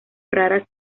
raras